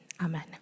Amen